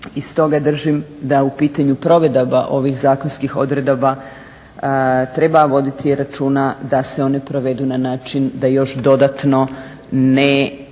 i stoga držim da u pitanju provedbi ovih zakonskih odredbi treba voditi računa da se one provedu na način da još dodatno ne